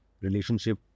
relationship